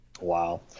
Wow